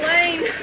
Lane